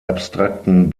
abstrakten